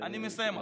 אני מסיים,